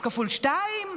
תקבל x כפול שתיים,